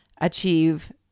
achieve